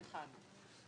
אין ההסתייגות (39)